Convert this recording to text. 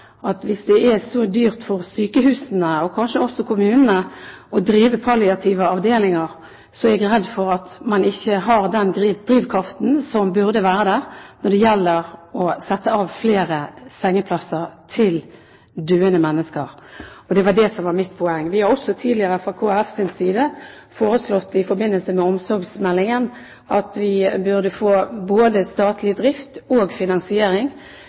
at hvis det er så dyrt for sykehusene, og kanskje også for kommunene, å drive palliative avdelinger, er jeg redd for at man ikke har den drivkraften som burde være der når det gjelder å sette av flere sengeplasser til døende mennesker. Det var det som var mitt poeng. Fra Kristelig Folkepartis side har vi også tidligere i forbindelse med omsorgsmeldingen foreslått at vi burde få både statlig drift og finansiering,